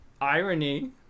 Irony